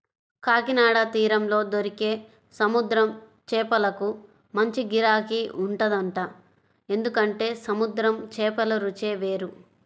కాకినాడ తీరంలో దొరికే సముద్రం చేపలకు మంచి గిరాకీ ఉంటదంట, ఎందుకంటే సముద్రం చేపల రుచే వేరు